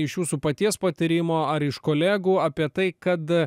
iš jūsų paties patyrimo ar iš kolegų apie tai kad